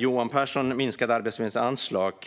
Johan Pehrson minskade Arbetsförmedlingens anslag